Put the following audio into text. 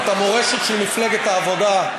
את המורשת של מפלגת העבודה.